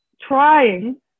trying